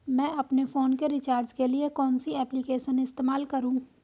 मैं अपने फोन के रिचार्ज के लिए कौन सी एप्लिकेशन इस्तेमाल करूँ?